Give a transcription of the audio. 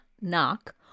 knock